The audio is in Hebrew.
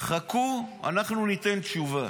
חכו, אנחנו ניתן תשובה.